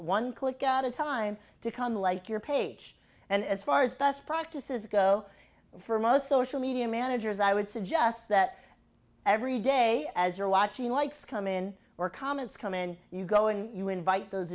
one click at a time to come like your page and as far as best practices go for most social media managers i would suggest that every day as you're watching likes come in or comments come in you go and you invite those